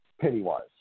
Pennywise